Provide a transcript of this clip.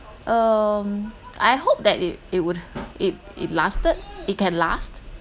um I hope that it it would it it lasted it can last